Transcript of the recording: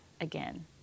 again